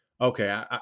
okay